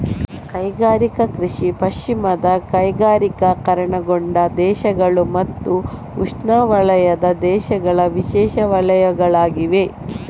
ಕೈಗಾರಿಕಾ ಕೃಷಿ ಪಶ್ಚಿಮದ ಕೈಗಾರಿಕೀಕರಣಗೊಂಡ ದೇಶಗಳು ಮತ್ತು ಉಷ್ಣವಲಯದ ದೇಶಗಳ ವಿಶೇಷ ವಲಯಗಳಾಗಿವೆ